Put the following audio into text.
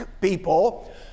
people